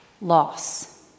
loss